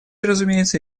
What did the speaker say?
разумеется